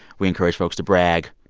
we encourage folks to brag.